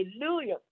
Hallelujah